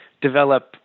develop